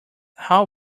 how